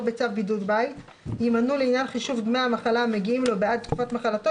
ביטוח לאומי מגיע לפה,